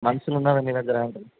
మనుషులు ఉన్నారా మీ దగ్గర అంటున్నాను